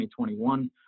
2021